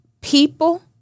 people